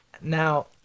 now